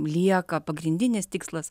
lieka pagrindinis tikslas